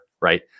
right